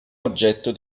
oggetto